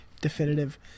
definitive